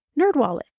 Nerdwallet